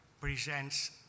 presents